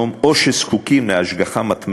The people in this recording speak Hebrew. או שזקוקים להשגחה מתמדת,